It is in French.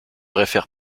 réfère